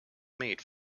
made